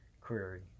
query